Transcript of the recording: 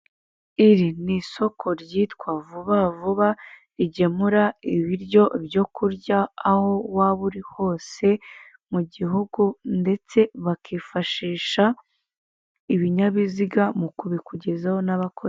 Iri ni isoko ryitwa vuba vuba rigemura ibiryo byo kurya aho waba uri hose mu gihugu ndetse bakifashisha ibinyabiziga mukubikugezaho n'abakozi.